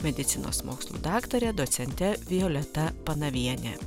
medicinos mokslų daktare docente violeta panaviene